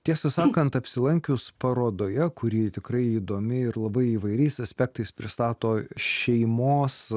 tiesą sakant apsilankius parodoje kuri tikrai įdomi ir labai įvairiais aspektais pristato šeimos